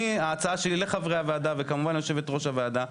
ההצעה שלי לחברי הוועדה וכמובן ליושבת ראש הוועדה,